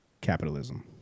Capitalism